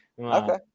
okay